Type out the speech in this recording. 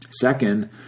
Second